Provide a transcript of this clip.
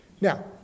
Now